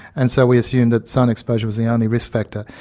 and so we assumed that sun exposure was the only risk factor.